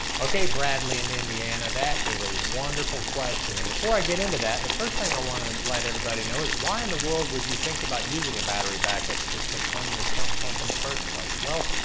okay, bradley in indiana, that is a wonderful question and before i get into that, the first thing i want to let everybody know is why in the world would you think about using a battery back-up system on your sump pump in the first place? well,